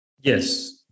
Yes